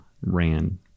ran